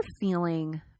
feeling